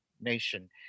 nation